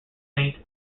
saint